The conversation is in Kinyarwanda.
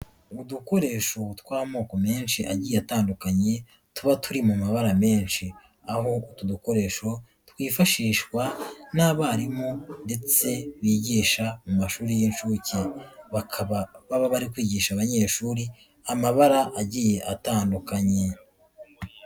Udukoresho tw'amoko menshi agiye atandukanye tuba turi mu mabara menshi, aho utu dukoresho twifashishwa n'abarimu ndetse bigisha mu mashuri y'inshuke, bakaba baba bari kwigisha abanyeshuri amabara agiye atandukanye.